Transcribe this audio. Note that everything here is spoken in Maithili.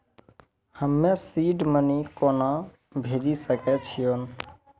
हम्मे सीड मनी कोना भेजी सकै छिओंन